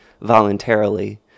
voluntarily